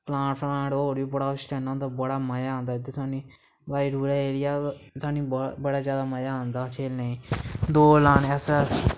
plan श्लान होर बी बड़ा किश करना होंदा बड़ा मज़ा औंदा इद्धर सानू ब रूरल एरिया सानू बड़ा ज्यादा मजा औंदा खेलने गी दौड़ लान्ने अस